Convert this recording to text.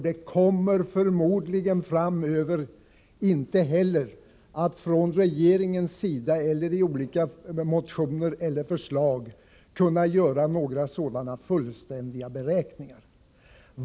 Det kommer förmodligen inte heller framöver att från regeringens sida eller i olika motioner och förslag vara möjligt att göra några sådana fullständiga beräkningar.